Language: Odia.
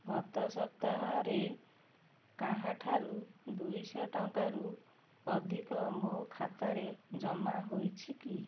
ଗତ ସପ୍ତାହରେ କାହାଠାରୁ ଦୁଇଶହ ଟଙ୍କାରୁ ଅଧିକ ମୋ ଖାତାରେ ଜମା ହୋଇଛି କି